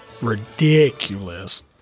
ridiculous